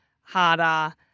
harder